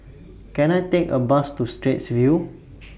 Can I Take A Bus to Straits View